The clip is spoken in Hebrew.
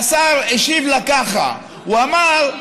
והשר השיב לה ככה: הוא אמר,